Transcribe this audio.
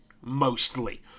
Mostly